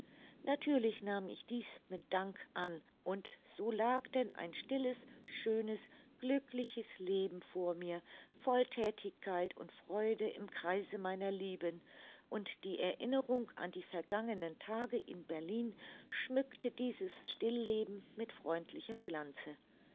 natürlich nahm ich dies mit dank an und so lag denn ein stilles schönes glückliches leben vor mir voll thätigkeit und freude im kreise meiner lieben und die erinnerung an die vergangenen tage in berlin schmückte dieses stillleben mit freundlichem glanze